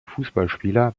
fußballspieler